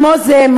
כמו זה,